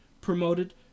promoted